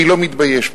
אני לא מתבייש בזה.